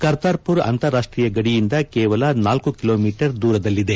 ಕರ್ತಾರ್ಪುರ್ ಅಂತಾರಾಷ್ಟೀಯ ಗಡಿಯಿಂದ ಕೇವಲ ನಾಲ್ಲು ಕಿಲೋ ಮೀಟರ್ ದೂರದಲ್ಲಿದೆ